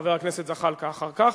חבר הכנסת זחאלקה אחר כך,